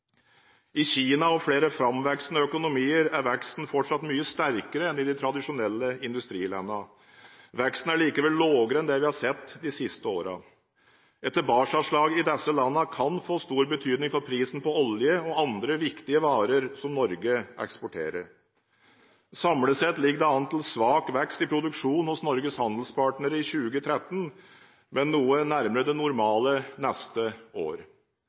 I Kina og flere framvoksende økonomier er veksten fortsatt mye sterkere enn i de tradisjonelle industrilandene. Veksten er likevel lavere enn det vi har sett de siste årene. Et tilbakeslag i disse landene kan få stor betydning for prisen på olje og andre viktige varer som Norge eksporterer. Samlet sett ligger det an til svak vekst i produksjonen hos Norges handelspartnere i 2013, men noe nærmere det normale neste år.